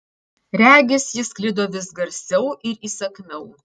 regis jis sklido vis garsiau ir įsakmiau